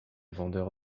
vendeur